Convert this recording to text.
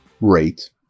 rate